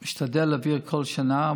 אני משתדל להעביר כל שנה,